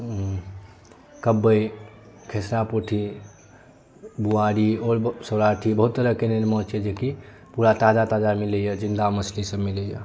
कबै खेसरा पोठी बोआरी आओर सौराठी बहुत तरहक एहन एहन माँछ छै जे की पूरा ताजा ताजा मिलैया जिन्दा मछली सब मिलैया